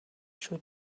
шүү